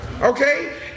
Okay